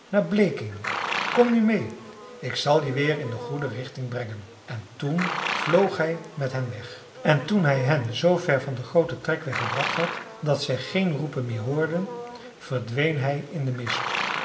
naar bleking kom nu meê ik zal je weer in de goede richting brengen en toen vloog hij met hen weg en toen hij hen zoo ver van den grooten trekweg gebracht had dat zij geen roepen meer hoorden verdween hij in den mist